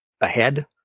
ahead